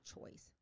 choice